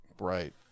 Right